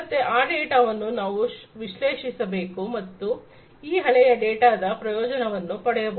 ಮತ್ತೆ ಆ ಡೇಟಾವನ್ನು ನಾವು ವಿಶ್ಲೇಷಿಸಬೇಕು ಮತ್ತು ಈ ಹಳೆಯ ಡೇಟಾದ ಪ್ರಯೋಜನವನ್ನು ಪಡೆಯಬಹುದು